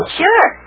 sure